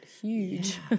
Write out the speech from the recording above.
huge